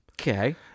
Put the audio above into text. Okay